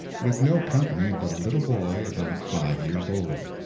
with no company but a little boy about five years old.